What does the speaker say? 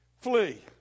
flee